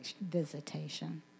visitation